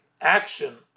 action